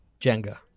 Jenga